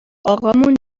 آقامون